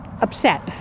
upset